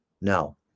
No